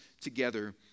together